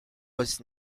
was